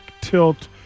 tilt